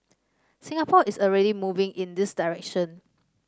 Singapore is already moving in this direction